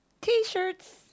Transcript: t-shirts